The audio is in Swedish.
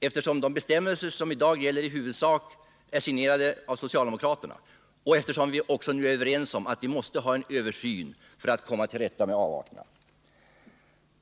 eftersom de bestämmelser som i dag gäller i huvudsak är signerade av socialdemokraterna och eftersom vi är överens om att vi måste ha en översyn för att komma till rätta med avarterna.